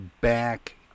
back